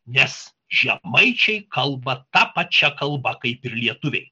nes žemaičiai kalba ta pačia kalba kaip ir lietuviai